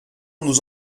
nous